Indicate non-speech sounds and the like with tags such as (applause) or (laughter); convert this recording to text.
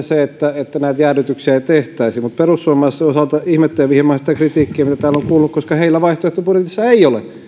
(unintelligible) se että näitä jäädytyksiä ei tehtäisi mutta perussuomalaisten osalta ihmettelen viimeaikaista kritiikkiä mitä täällä on tullut koska heillä vaihtoehtobudjetissa ei ole